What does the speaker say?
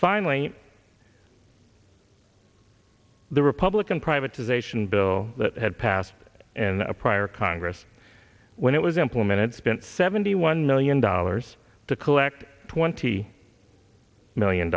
finally the republican privatization bill that had passed and a prior congress when it was implemented spent seventy one million dollars to collect twenty million